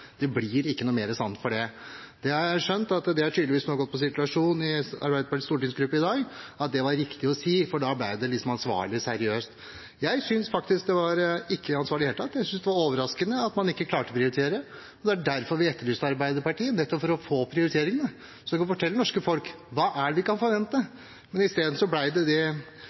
det blir ikke noe mer sant for det. Jeg har skjønt at det tydeligvis har sirkulert i Arbeiderpartiets stortingsgruppe i dag at det var det riktig å si, for da ble det liksom ansvarlig og seriøst. Jeg synes ikke det var ansvarlig i det hele tatt – jeg synes det var overraskende at man ikke klarte å prioritere. Det er derfor vi etterlyste Arbeiderpartiet, nettopp for å få prioriteringene, slik at vi kan fortelle det norske folk hva det er vi kan forvente. Isteden ble det det